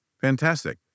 Fantastic